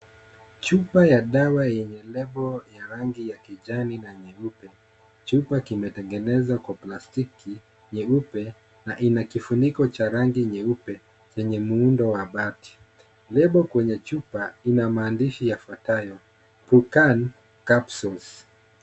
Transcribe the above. Chupa ya dawa yenye label ya rangi ya kijani na nyeupe. Chupa kimetengenezwa kwa plastiki nyeupe na ina kifuniko cha rangi nyeupe yenye muundo wa bati. label kwenye chupa ina maandishi yafuatayo, pukan capsules .